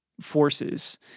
forces